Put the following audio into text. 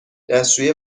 دستشویی